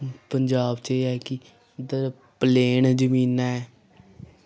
पंजाब च एह् ऐ कि उद्धर प्लेन जमीनां ऐं